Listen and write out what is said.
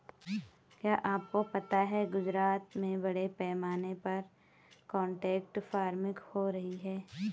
क्या आपको पता है गुजरात में बड़े पैमाने पर कॉन्ट्रैक्ट फार्मिंग हो रही है?